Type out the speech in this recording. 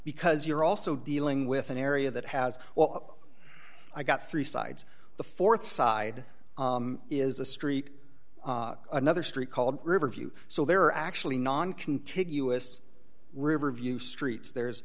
because you're also dealing with an area that has well i got three sides the th side is a street another street called river view so they're actually noncontiguous riverview streets there's